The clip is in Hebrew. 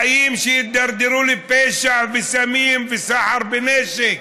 חיים שהתדרדרו לפשע וסמים וסחר בנשק.